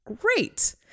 great